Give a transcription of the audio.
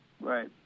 Right